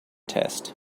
test